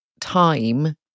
time